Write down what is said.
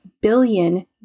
billion